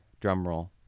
drumroll